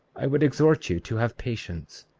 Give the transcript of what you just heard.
i would exhort you to have patience,